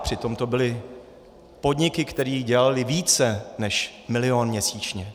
Přitom to byly podniky, které dělaly více než milion měsíčně.